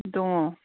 दङ